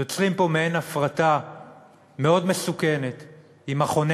יוצרים פה מעין הפרטה מאוד מסוכנת עם מכוני